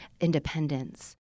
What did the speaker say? independence